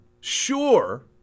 sure